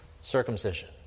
circumcision